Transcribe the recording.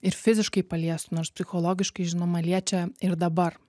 ir fiziškai paliestų nors psichologiškai žinoma liečia ir dabar